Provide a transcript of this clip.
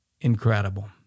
incredible